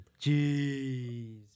Jeez